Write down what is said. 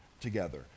together